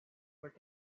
but